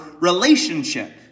relationship